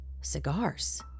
Cigars